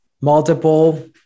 multiple